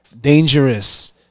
Dangerous